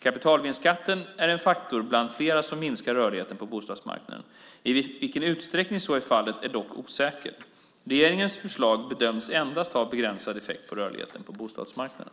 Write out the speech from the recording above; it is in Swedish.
Kapitalvinstskatten är en faktor bland flera som minskar rörligheten på bostadsmarknaden. I vilken utsträckning så är fallet är dock osäkert. Regeringens förslag bedöms endast ha begränsad effekt på rörligheten på bostadsmarknaden.